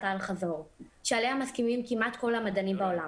האל חזור שעליה מסכימים כמעט כל המדענים בעולם.